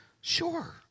Sure